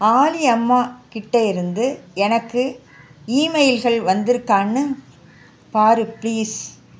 ஆலி அம்மா கிட்டே இருந்து எனக்கு ஈமெயில்கள் வந்திருக்கான்னு பார் ப்ளீஸ்